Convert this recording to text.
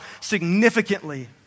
significantly